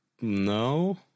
no